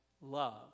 love